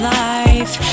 life